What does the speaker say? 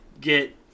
Get